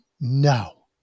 No